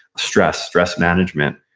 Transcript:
stress, stress management.